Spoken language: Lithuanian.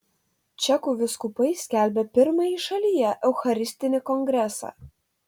čekų vyskupai skelbia pirmąjį šalyje eucharistinį kongresą